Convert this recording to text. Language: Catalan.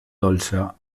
dolça